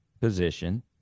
position